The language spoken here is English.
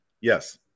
Yes